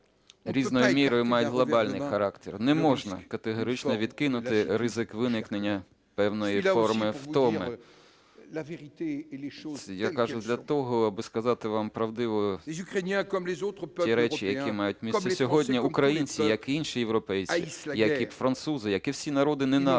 різною мірою мають глобальний характер. Не можна категорично відкинути ризик виникнення певної форми втоми. Я кажу для того, аби сказати вам правдиво ті речі, які мають місце сьогодні. Українці, як і інші європейці, як і французи, як і всі народи, не навидять